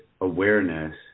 awareness